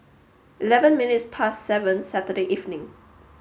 eleven minutes past seven Saturday evening